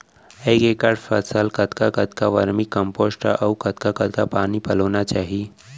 एक एकड़ फसल कतका वर्मीकम्पोस्ट अऊ कतका कतका पानी पलोना चाही?